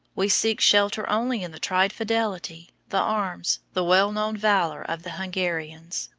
we seek shelter only in the tried fidelity, the arms, the well-known valour of the hungarians.